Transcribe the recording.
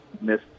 miss